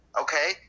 okay